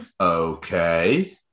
Okay